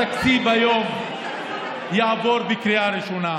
התקציב יעבור היום בקריאה ראשונה,